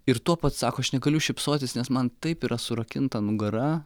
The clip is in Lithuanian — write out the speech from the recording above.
ir tuo pats sako aš negaliu šypsotis nes man taip yra surakinta nugara